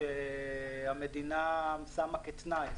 שהמדינה שמה כתנאי,